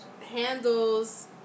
handles